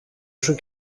σου